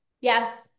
yes